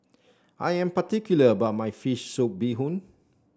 I am particular about my fish soup Bee Hoon